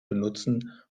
benutzen